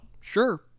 Sure